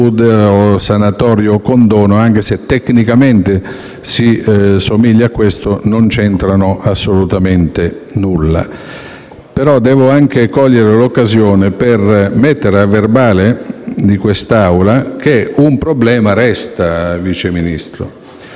«sanatoria» o «condono», anche se tecnicamente somigliano a questo, non c'entrano assolutamente nulla. Devo però anche cogliere l'occasione per lasciare agli atti di questa Assemblea che un problema resta, Vice Ministro.